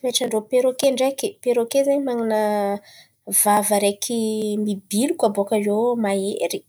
Toetran'irô peroke ndraiky, peroke zen̈y man̈ana vava araiky mibiloka bakà eo mahery.